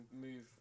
move